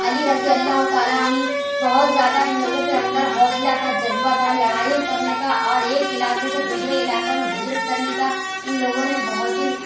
علی رضی اللہ تعالیٰ عنہ بہت زیادہ اِن لوگوں کے اندر حوصلہ تھا جذبہ تھا لڑائی کرنے کا اور ایک علاقے سے دوسرے علاقے میں ہجرت کرنے کا اُن لوگوں نے بہت ہی